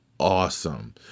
Awesome